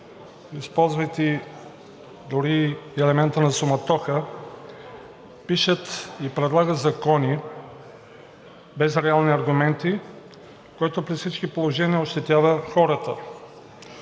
използвайки дори елемента на суматоха, пишат и предлагат закони без реални аргументи, което при всички положения ощетява хората.